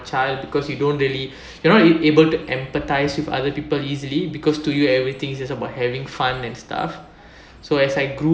child because you don't really you are not able to empathise with other people easily because to you everything's is about having fun and stuff so as I grew